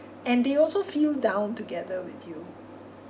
and they also feel down together with you